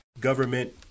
Government